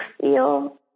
feel